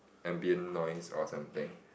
ambient noise or something